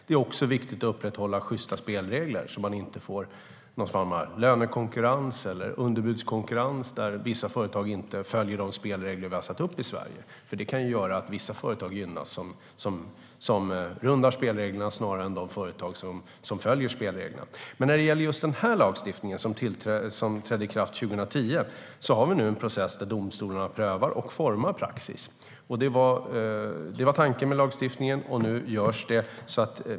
Det är också viktigt att upprätthålla sjysta spelregler så att man inte får någon form av lönekonkurrens eller underbudskonkurrens, där vissa företag inte följer de spelregler vi har satt upp i Sverige, för det kan göra att vissa företag som rundar spelreglerna gynnas snarare än de företag som följer spelreglerna. När det gäller just den här lagstiftningen, som trädde i kraft 2010, sker det nu en process där domstolarna prövar den och formar praxis. Det var tanken med lagstiftningen, och nu görs det.